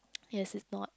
yes if not